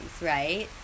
right